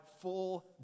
full